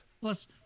plus